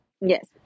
Yes